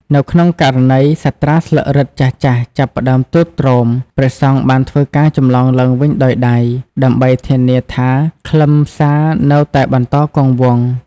នៅក្នុងករណីសាត្រាស្លឹករឹតចាស់ៗចាប់ផ្តើមទ្រុឌទ្រោម ព្រះសង្ឃបានធ្វើការចម្លងឡើងវិញដោយដៃ ដើម្បីធានាថាខ្លឹមសារនៅតែបន្តគង់វង្ស។